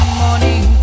morning